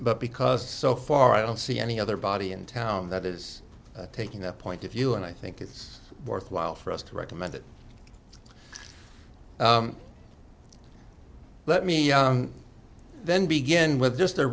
but because so far i don't see any other body in town that is taking that point if you and i think it's worthwhile for us to recommend it let me then begin with just a